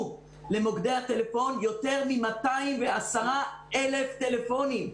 למוקדי הטלפון יותר מ- 210,000 טלפונים.